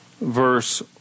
verse